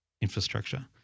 infrastructure